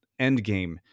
Endgame